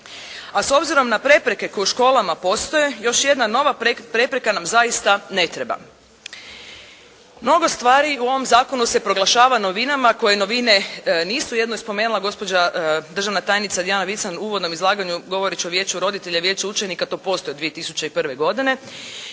A s obzirom na prepreke koje u školama postoje još jedna nova prepreka nam zaista ne treba. Mnogo stvari u ovom zakonu se proglašava novinama koje novine nisu. Jednu je spomenula gospođa državna tajnica Dijana Vican u uvodnom izlaganju govoreći o vijeću roditelja i Vijeću učenika. To postoji od 2001. godine,